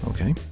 Okay